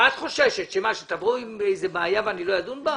חוששת שתבואו עם בעיה ואני לא אדון בה?